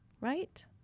right